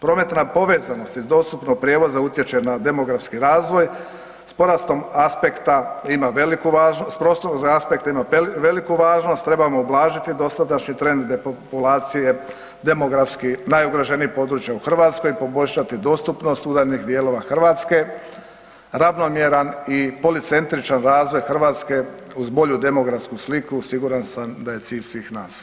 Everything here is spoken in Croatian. Prometna povezanost iz dostupnog prijevoza utječe na demografski razvoj, s porastom aspekta imamo veliku važnost, s prostornog aspekta ima veliku važnost, trebamo ublažiti dosadašnji trend depopulacije demografski najugroženijih područja u Hrvatskoj, poboljšati dostupnost udarnih dijelova Hrvatske, ravnomjeran i policentričan razvoj Hrvatske uz bolju demografsku sliku, siguran sam da je cilj svih nas.